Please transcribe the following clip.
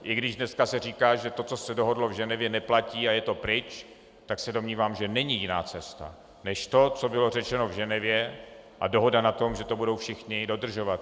I když dneska se říká, že to, co se dohodlo v Ženevě, neplatí a je to pryč, tak se domnívám, že není jiná cesta než to, co bylo řečeno v Ženevě, a dohoda, že to budou všichni dodržovat.